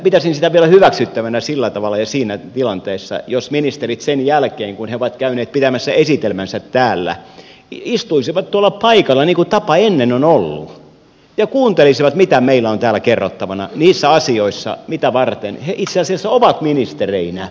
pitäisin sitä vielä hyväksyttävänä sillä tavalla ja siinä tilanteessa jos ministerit sen jälkeen kun he ovat käyneet pitämässä esitelmänsä täällä istuisivat tuolla paikallaan niin kuin tapa ennen on ollut ja kuuntelisivat mitä meillä on täällä kerrottavana niissä asioissa mitä varten he itse asiassa ovat ministereinä